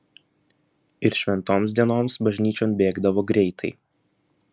ir šventoms dienoms bažnyčion bėgdavo greitai